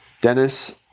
Dennis